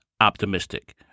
optimistic